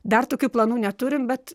dar tokių planų neturim bet